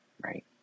right